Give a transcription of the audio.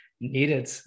needed